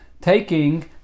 taking